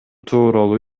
тууралуу